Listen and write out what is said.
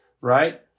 right